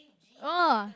!oh!